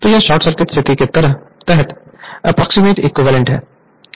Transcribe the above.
तो यह short circuit स्थिति के तहत एप्रोक्सीमेट इक्विवेलेंट है